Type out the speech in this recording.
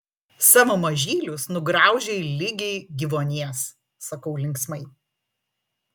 savo mažylius nugraužei ligi gyvuonies sakau linksmai